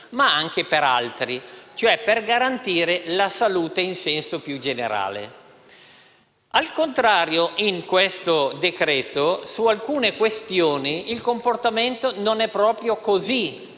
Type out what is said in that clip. ma anche per altri e, cioè, per garantire la salute in senso più generale. Al contrario, in questo decreto-legge, su alcune questioni, il comportamento non è proprio così.